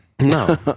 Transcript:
No